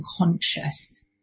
unconscious